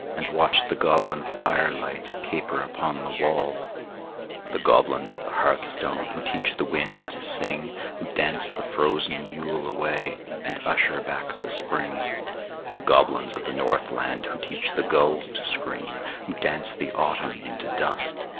and watched the goblin firelight caper upon the wall the goblins of the hearthstone, who teach the wind to sing, who dance the frozen yule away and usher back the spring the goblins of the northland, who teach the gulls to scream, who dance the autumn into dust,